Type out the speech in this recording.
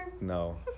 No